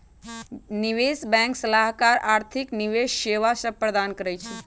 निवेश बैंक सलाहकार आर्थिक निवेश सेवा सभ प्रदान करइ छै